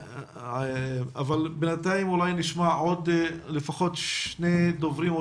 אבל בינתיים אולי נשמע עוד לפחות שני דוברים או